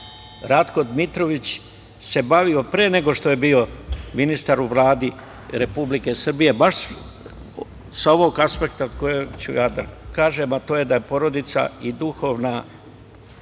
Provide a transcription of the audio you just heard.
Ratko Dmitrović se bavio pre nego što je bio ministar u Vladi Republike Srbije, baš sa ovog aspekta kojeg ću ja da kažem, a to je da je porodica i duhovna